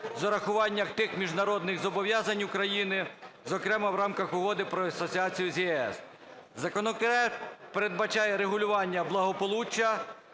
з урахуванням тих міжнародних зобов'язань України, зокрема в рамках Угоди про асоціацію з ЄС. Законопроект передбачає врегулювання благополуччя,